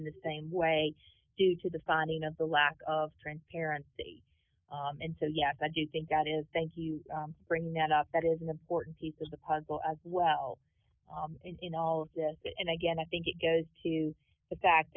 in the same way due to the funding and the lack of transparency and so yes i do think that is thank you for bringing that up that is an important piece of the puzzle as well in all of this and again i think it goes to the fact